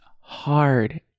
hard